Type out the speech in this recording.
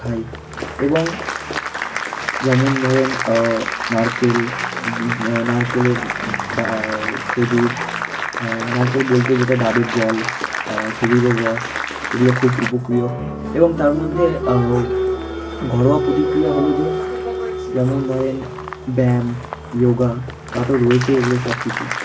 খাই এবং যেমন ধরেন নারকেল নারকেলের খেজুর নারকেল বলতে যেটা ডাবের জল খেজুরের রস এগুলো খুব উপপ্রিয় এবং তার মধ্যে ঘরোয়া প্রতিক্রিয়া হল যে যেমন ধরুন ব্যায়াম যোগা তা তো রয়েছেই এইগুলো সব কিছু